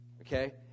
Okay